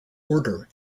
order